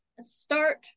start